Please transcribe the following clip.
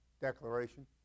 declaration